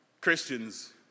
Christians